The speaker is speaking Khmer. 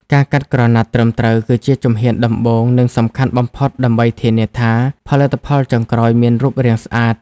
ការកាត់ក្រណាត់ត្រឹមត្រូវគឺជាជំហានដំបូង និងសំខាន់បំផុតដើម្បីធានាថាផលិតផលចុងក្រោយមានរូបរាងស្អាត។